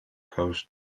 coast